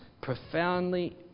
profoundly